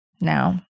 now